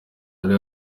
ari